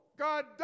God